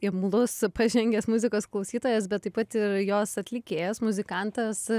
imlus pažengęs muzikos klausytojas bet taip pat ir jos atlikėjas muzikantas